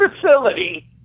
facility